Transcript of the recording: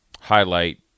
highlight